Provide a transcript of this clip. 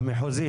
המחוזית.